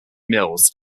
mills